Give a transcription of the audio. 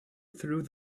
through